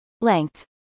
Length